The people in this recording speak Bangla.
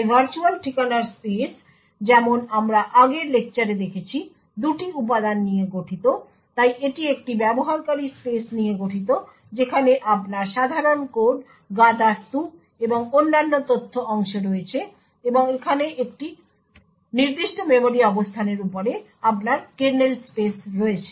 তাই ভার্চুয়াল ঠিকানার স্পেস যেমন আমরা আগের লেকচারে দেখেছি দুটি উপাদান নিয়ে গঠিত তাই এটি একটি ব্যাবহারকারী স্পেস নিয়ে গঠিত যেখানে আপনার সাধারণ কোড গাদা স্তুপ এবং অন্যান্য তথ্য অংশ রয়েছে এবং একটি নির্দিষ্ট মেমরি অবস্থানের উপরে আপনার কার্নেল স্পেস রয়েছে